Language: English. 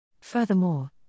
Furthermore